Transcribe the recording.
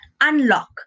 unlock